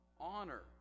honor